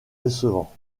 décevants